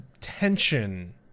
tension